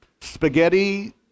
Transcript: spaghetti